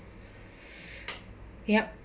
yup